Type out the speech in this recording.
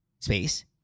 Space